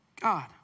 God